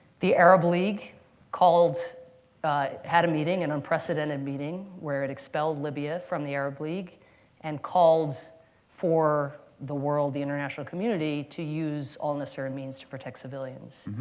the arab league called had a meeting, an and unprecedented meeting, where it expelled libya from the arab league and called for the world, the international community to use all necessary means to protect civilians.